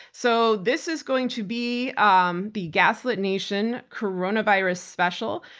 so this is going to be um the gaslit nation coronavirus special.